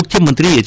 ಮುಖ್ಯಮಂತ್ರಿ ಎಚ್